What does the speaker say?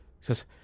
says